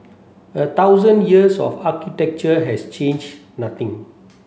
a thousand years of architecture has changed nothing